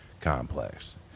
complex